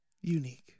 unique